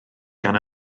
gan